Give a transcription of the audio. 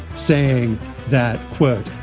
saying that, quote,